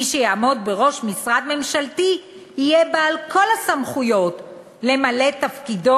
מי שיעמוד בראש משרד ממשלתי יהיה בעל כל הסמכויות למלא את תפקידו